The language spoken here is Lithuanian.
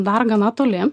dar gana toli